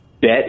bet